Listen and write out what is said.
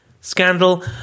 Scandal